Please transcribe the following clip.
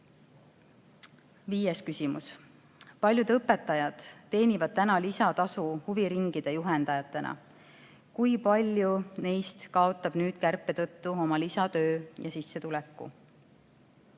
Viies küsimus: "Paljud õpetajad teenivad täna lisatasu huviringide juhendajana. Kui palju neist kaotab nüüd kärpe tõttu oma lisatöö ja -sissetuleku?"